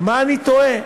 במה אני טועה.